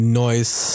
noise